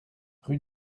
rue